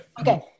Okay